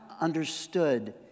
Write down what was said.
understood